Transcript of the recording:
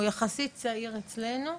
הוא יחסית צעיר אצלנו.